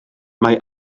mae